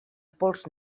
pols